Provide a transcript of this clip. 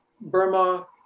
Burma